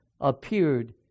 appeared